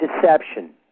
deception